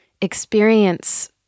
experience